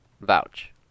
vouch